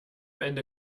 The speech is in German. ende